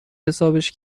حسابش